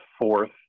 fourth